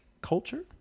culture